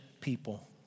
people